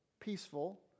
peaceful